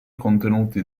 contenuti